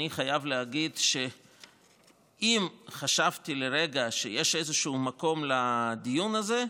אני חייב להגיד שאם חשבתי לרגע שיש איזשהו מקום לדיון הזה,